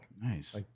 nice